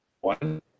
one